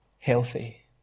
healthy